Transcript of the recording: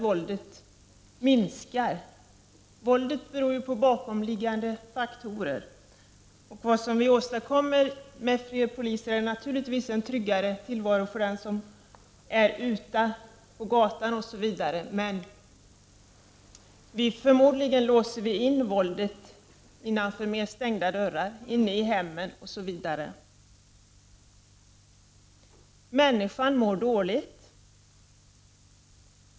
Våldet beror på bakomliggande faktorer. Det vi åstadkommer med fler poliser är en tryggare tillvaro för den som är ute på gatan. Men vi låser förmodligen in våldet innanför stängda dörrar, i hemmen osv. Människan mår dåligt.